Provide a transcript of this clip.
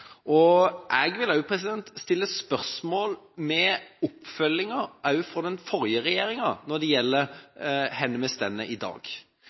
Jeg vil også stille spørsmål ved oppfølginga fra den forrige regjeringa når det gjelder hvor vi står i dag.